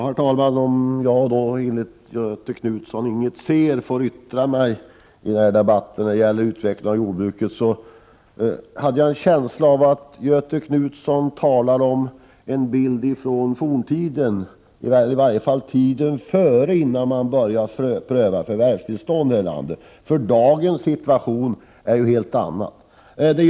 Herr talman! Om jag, som enligt Göthe Knutson inget ser, får yttra mig i den här debatten om utvecklingen i jordbruket, så vill jag säga att jag hade en känsla av att Göthe Knutson frammanade en bild från forntiden — i varje fall från tiden innan man började pröva förvärvstillstånd här i landet. Dagens situation är ju en helt annan.